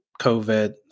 COVID